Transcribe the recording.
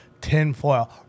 TINFOIL